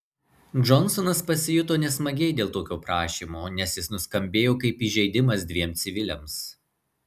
džonsonas pasijuto nesmagiai dėl tokio prašymo nes jis nuskambėjo kaip įžeidimas dviem civiliams